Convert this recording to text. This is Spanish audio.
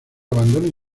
abandonen